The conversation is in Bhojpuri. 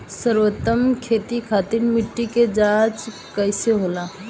सर्वोत्तम खेती खातिर मिट्टी के जाँच कईसे होला?